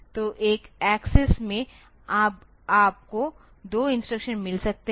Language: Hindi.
तो एक एक्सिस में अब आपको दो इंस्ट्रक्शन मिल सकते हैं